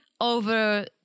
over